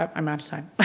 um i'm out of time